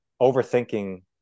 overthinking